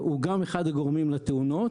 הוא גם אחד הגורמים לתאונות,